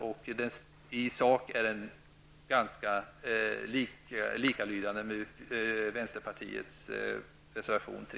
Denna är i sak ganska likalydande med vänsterpartiets reservation nr 3.